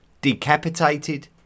Decapitated